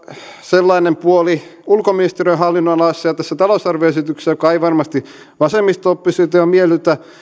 sellainen puoli ulkoministeriön hallinnonalassa ja tässä talousarvioesityksessä joka ei varmasti vasemmisto oppositiota miellytä